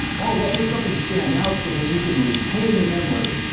oh, what makes something stand out so that you can retain the memory?